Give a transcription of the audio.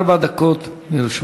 ארבע דקות לרשותך.